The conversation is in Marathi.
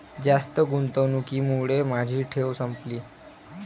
जास्त गुंतवणुकीमुळे माझी ठेव संपली